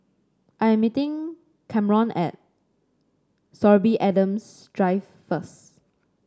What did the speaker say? I am meeting Kamron at Sorby Adams Drive first